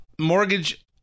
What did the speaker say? Mortgage